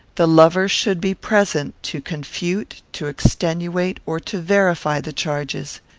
the lover should be present, to confute, to extenuate, or to verify the charges.